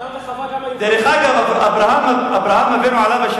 אדם וחוה גם היו